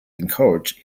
encourage